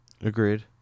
Agreed